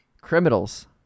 criminals